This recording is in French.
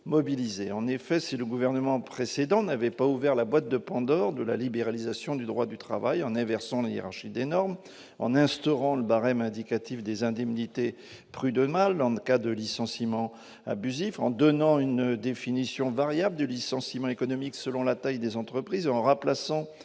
mobilisées. En effet, si le gouvernement précédent n'avait pas ouvert la boîte de Pandore de la libéralisation du droit du travail en inversant la hiérarchie des normes, en instaurant un barème indicatif des indemnités prud'homales en cas de licenciement abusif, en donnant une définition variable du licenciement économique selon la taille des entreprises et